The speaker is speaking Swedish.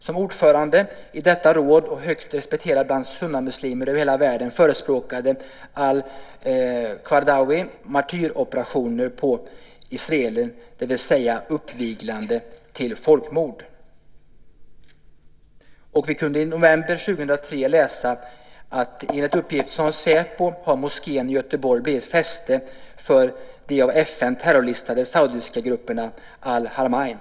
Som ordförande i detta råd och högt respekterad bland sunnimuslimer över hela världen förespråkade al-Qaradawi martyroperationer på israeler, det vill säga uppviglade till folkmord. I november 2003 kunde vi läsa att moskén i Göteborg enligt uppgifter från säpo har blivit fäste för den av FN terrorlistade saudiska gruppen al-Haramein.